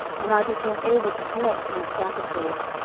when i became able to collect my scattered thoughts,